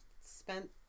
spent